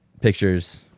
pictures